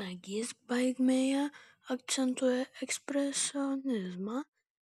nagys baigmėje akcentuoja ekspresionizmą